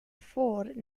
ford